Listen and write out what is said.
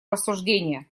рассуждения